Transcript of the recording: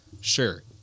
Sure